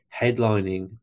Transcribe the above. headlining